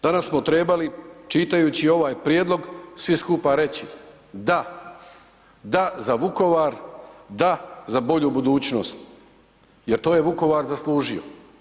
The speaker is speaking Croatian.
Danas smo trebali čitajući ovaj prijedlog svi skupa reći, da, da za Vukovar, da za bolju budućnost jer to je Vukovar zaslužio.